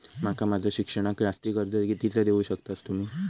माका माझा शिक्षणाक जास्ती कर्ज कितीचा देऊ शकतास तुम्ही?